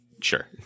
sure